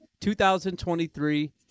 2023